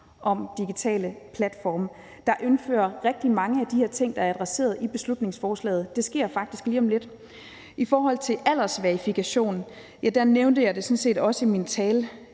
om digitale platforme, der indfører rigtig mange af de her ting, der er adresseret i beslutningsforslaget. Det sker faktisk lige om lidt. I forhold til aldersverifikation nævnte jeg det sådan set også i min tale.